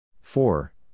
Four